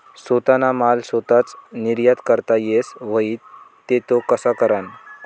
सोताना माल सोताच निर्यात करता येस व्हई ते तो कशा कराना?